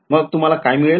तर मग तुम्हाला काय मिळेल